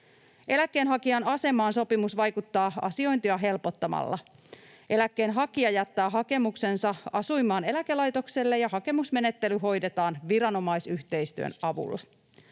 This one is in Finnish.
Eläkkeenhakijan asemaan sopimus vaikuttaa asiointia helpottamalla. Eläkkeenhakija jättää hakemuksensa asuinmaan eläkelaitokselle, ja hakemusmenettely hoidetaan viranomaisyhteistyön avulla.